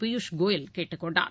பியூஷ் கோயல் கேட்டுக் கொண்டார்